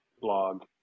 blog